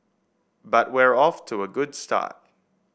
but we're off to a good start